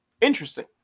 interesting